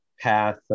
path